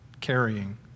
carrying